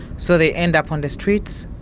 so they end up on the streets,